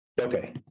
Okay